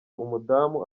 umudamu